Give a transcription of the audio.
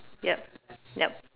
yup yup